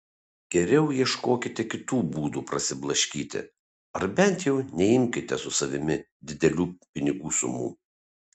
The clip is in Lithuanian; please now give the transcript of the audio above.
geriau ieškokite kitų būdų prasiblaškyti ar bent jau neimkite su savimi didelių pinigų sumų